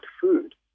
food